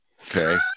okay